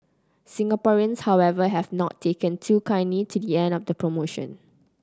Singaporeans however have not taken too kindly to the end of the promotion